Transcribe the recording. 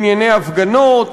בענייני הפגנות,